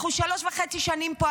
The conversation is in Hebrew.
אנחנו שלוש וחצי שנים פה,